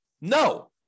No